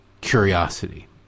curiosity